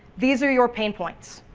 these are your pain points.